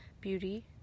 beauty